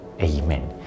Amen